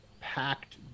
packed